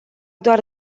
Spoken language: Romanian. doar